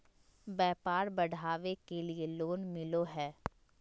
व्यापार बढ़ावे के लिए लोन मिलो है?